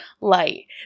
Light